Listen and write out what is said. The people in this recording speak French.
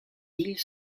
îles